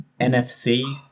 NFC